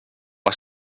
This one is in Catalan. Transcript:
has